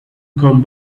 come